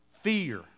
fear